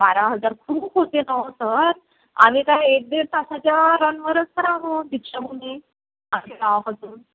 बारा हजार खूप होते ना हो सर आम्ही काय एक दीड तासाच्या रनवरच तर आहो दीक्षाभूमी आमच्या गावापासून